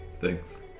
Thanks